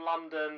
London